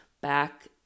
back